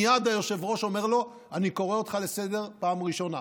מייד היושב-ראש אומר לו: אני קורא אותך לסדר פעם ראשונה.